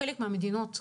חלק מהמדינות התחילו,